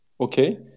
okay